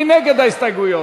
מי נגד ההסתייגויות?